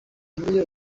emile